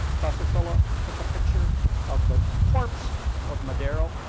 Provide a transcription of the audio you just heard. casasola took a picture of the corpse of madero,